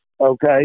Okay